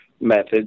methods